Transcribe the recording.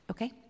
Okay